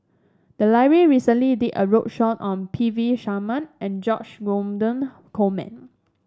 the library recently did a roadshow on P V Sharma and George Dromgold Coleman